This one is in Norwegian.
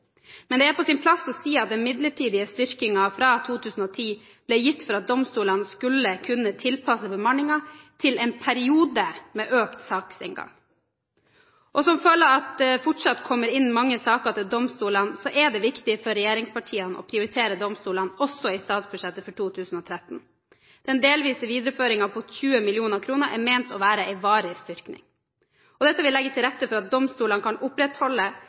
Det er på sin plass å si at den midlertidige styrkingen i 2010 ble gitt for at domstolene skulle kunne tilpasse bemanningen i en periode med økt saksinngang. Som følge av at det fortsatt kommer inn mange saker til domstolene, er det viktig for regjeringspartiene å prioritere domstolene også i statsbudsjettet for 2013. Den delvise videreføringen på 20 mill. kr er ment å være en varig styrking. Dette vil legge til rette for at domstolene kan opprettholde